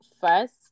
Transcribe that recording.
first